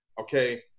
okay